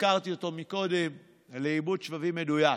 הזכרתי אותו קודם, לעיבוד שבבים מדויק,